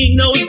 no